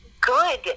good